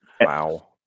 wow